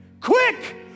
quick